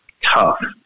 tough